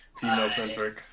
Female-centric